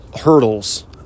hurdles